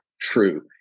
true